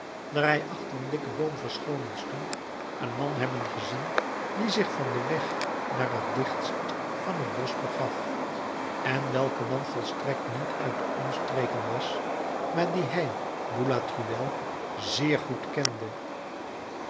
daar hij achter een dikken boom verscholen stond een man hebben gezien die zich van den weg naar het dichtst van het bosch begaf en welke man volstrekt niet uit de omstreken was maar dien hij boulatruelle zeer goed kende